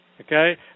okay